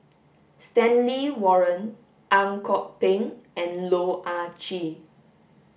Stanley Warren Ang Kok Peng and Loh Ah Chee